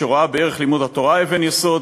שרואה בערך לימוד התורה אבן יסוד,